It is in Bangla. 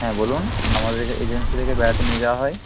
হ্যাঁ বলুন আমাদের এজেন্সি থেকে বেড়াতে নিয়ে যাওয়া হয়